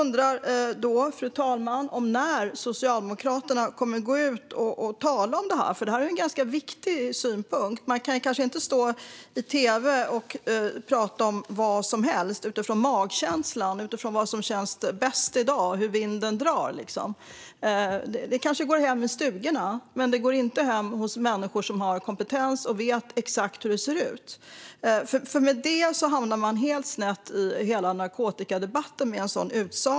Fru talman! Jag undrar när Socialdemokraterna kommer att gå ut och tala om detta, för det är ganska viktigt. Man kan kanske inte stå i tv och prata om vad som helst utifrån magkänslan, utifrån vad som känns bäst för dagen och utifrån hur vinden blåser. Det går kanske hem i stugorna, men det går inte hem hos människor som har kompetens och som vet exakt hur det ser ut. Med en sådan utsaga hamnar man helt snett i narkotikadebatten.